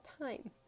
time